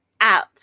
out